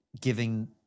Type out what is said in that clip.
giving